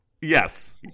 Yes